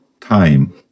time